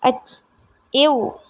અચ્છ એવું